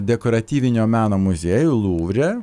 dekoratyvinio meno muziejuj luvre